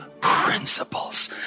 principles